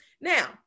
Now